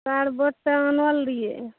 तार बोर्ड तऽ आनल रहिए